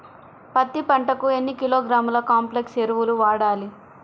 పత్తి పంటకు ఎన్ని కిలోగ్రాముల కాంప్లెక్స్ ఎరువులు వాడాలి?